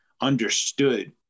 understood